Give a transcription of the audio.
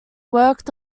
worked